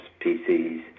PCs